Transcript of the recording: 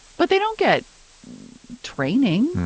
but they don't get training.